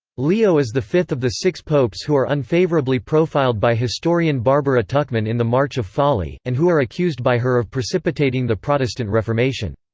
leo is the fifth of the six popes who are unfavorably profiled by historian barbara tuchman in the march of folly, and who are accused by her of precipitating the protestant reformation.